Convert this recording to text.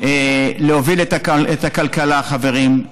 להוביל את הכלכלה, חברים.